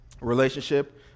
relationship